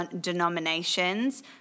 denominations